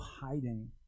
hiding